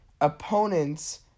opponents